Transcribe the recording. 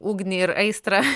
ugnį ir aistra